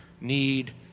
need